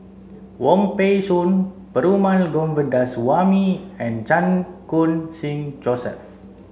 Wong Peng Soon Perumal Govindaswamy and Chan Khun Sing Joseph